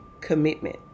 commitment